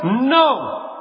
no